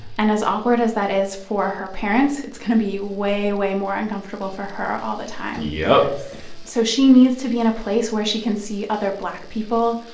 and as awkward as that is for her parents, it's going to be way, way more uncomfortable for her all the time yup yes so she needs to be in a place where she can see other black people,